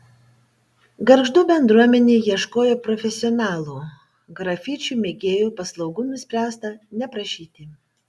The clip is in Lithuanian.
gargždų bendruomenė ieškojo profesionalų grafičių mėgėjų paslaugų nuspręsta neprašyti